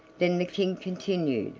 then the king continued